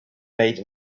made